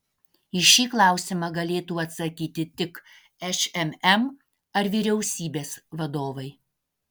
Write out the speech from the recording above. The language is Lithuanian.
į šį klausimą galėtų atsakyti tik šmm ar vyriausybės vadovai